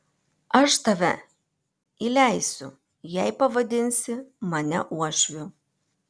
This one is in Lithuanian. aš tave įleisiu jei pavadinsi mane uošviu